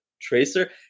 tracer